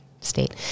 state